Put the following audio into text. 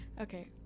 Okay